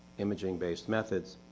imaging based methods.